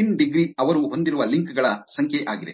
ಇನ್ degree ಅವರು ಹೊಂದಿರುವ link ಗಳ ಸಂಖ್ಯೆ ಆಗಿದೆ